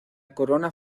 corona